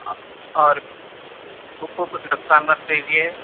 اور بک کو کچھ نقصان مت کیجیے